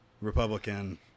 Republican